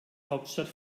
hauptstadt